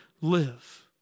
live